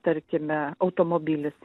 tarkime automobilis